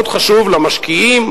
מאוד חשוב למשקיעים,